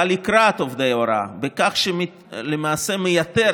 בא לקראת עובדי ההוראה בכך שלמעשה הוא מייתר